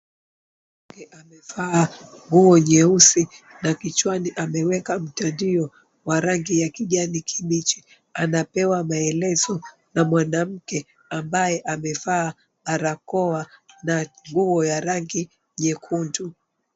Mwanamke amevaa nguo nyeusi na kichwani ameweka mtandio wa rangi ya kijani kibichi anapewa maelezo na mwanamke 𝑎𝑚𝑏𝑎𝑦𝑒 amevaa barakoa na nguo ya rangi nyekundu.